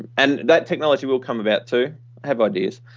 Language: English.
and and that technology will come about too, i have ideas.